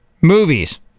movies